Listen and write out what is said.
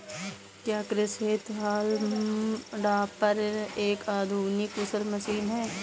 क्या कृषि हेतु हॉल्म टॉपर एक आधुनिक कुशल मशीन है?